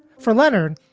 for leonard,